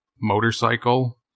motorcycle